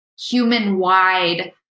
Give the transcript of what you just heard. human-wide